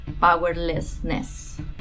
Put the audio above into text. powerlessness